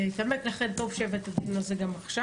להתעמק, לכן טוב שהבאת את הדיון הזה גם עכשיו.